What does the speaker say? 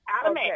Adam